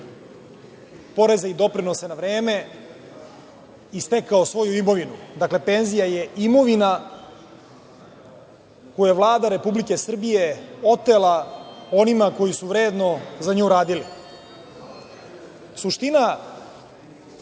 poreze i doprinose na vreme i stekao svoju imovinu. Dakle, penzija je imovina koju je Vlada Republike Srbije otela onima koji su vredno za nju radili. Suština